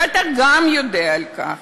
ואתה גם יודע על כך,